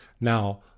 Now